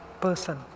person